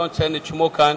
שלא אציין את שמו כאן,